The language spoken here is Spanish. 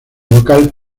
local